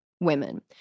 women